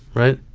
right?